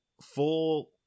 full